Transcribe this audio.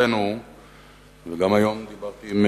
וגם דיברתי היום עם